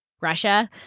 russia